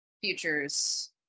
futures